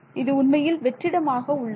இது உண்மையில் வெற்றிடமாக உள்ளது